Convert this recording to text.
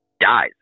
dies